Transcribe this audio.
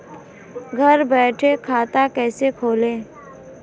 घर बैठे खाता कैसे खोलें?